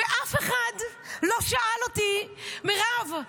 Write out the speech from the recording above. ואף אחד לא שאל אותי: מירב,